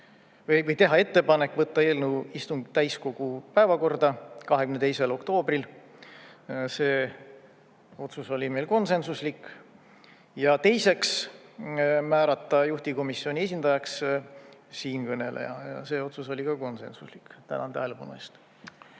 teha ettepanek võtta eelnõu täiskogu päevakorda 22. oktoobril, otsus oli konsensuslik, ja teiseks määrata juhtivkomisjoni esindajaks siinkõneleja, see otsus oli ka konsensuslik. Tänan tähelepanu eest!